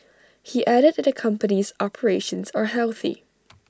he added that the company's operations are healthy